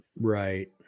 Right